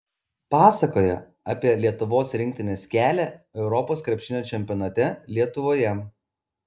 pasakoja apie lietuvos rinktinės kelią europos krepšinio čempionate lietuvoje